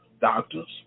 doctors